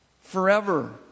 forever